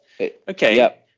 Okay